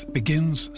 begins